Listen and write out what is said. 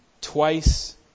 twice